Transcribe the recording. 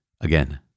Again